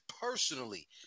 Personally